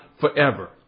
forever